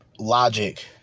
Logic